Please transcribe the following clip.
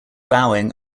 bowing